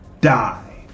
Die